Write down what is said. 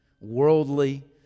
worldly